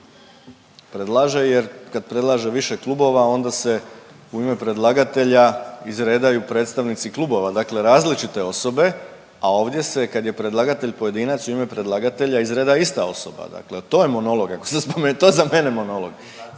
predlaže, jer kad predlaže više klubova, onda se u ime predlagatelja izredaju predstavnici klubova. Dakle različite osobe, a ovdje se kad je predlagatelj pojedinac u ime predlagatelja izreda ista osoba. Dakle, to je monolog, ako sam spomenuo. To je za mene monolog.